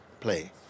play